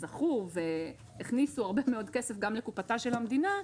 זכו והכניסו הרבה מאוד כסף גם לקופתה של המדינה,